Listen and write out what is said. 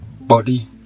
body